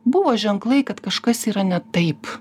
buvo ženklai kad kažkas yra ne taip